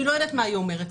אני לא יודעת מה היא אומרת,